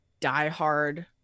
diehard